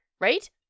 Right